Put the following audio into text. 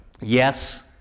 yes